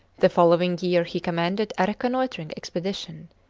the following year he commanded a reconnoitring expedition.